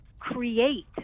create